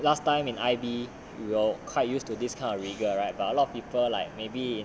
last time in I_T_E we will quite used to this kind of rigour right but a lot of people like maybe in